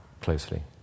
closely